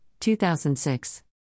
2006